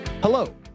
Hello